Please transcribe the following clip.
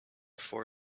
for